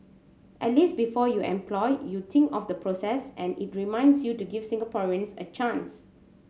at least before you employ you think of the process and it reminds you to give Singaporeans a chance